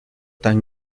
tan